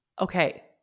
Okay